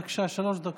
בבקשה, שלוש דקות.